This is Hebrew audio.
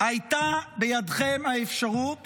הייתה בידכם האפשרות